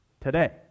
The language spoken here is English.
Today